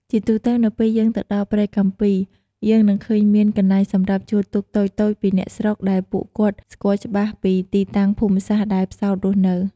ជាទូទៅនៅពេលយើងទៅដល់ព្រែកកាំពី យើងនឹងឃើញមានកន្លែងសម្រាប់ជួលទូកតូចៗពីអ្នកស្រុកដែលពួកគាត់ស្គាល់ច្បាស់ពីទីតាំងភូមិសាស្រ្តដែលផ្សោតរស់នៅ ។